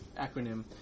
acronym